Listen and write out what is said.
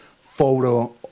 photo